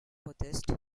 buddhist